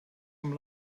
amb